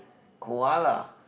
koala